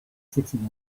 sitting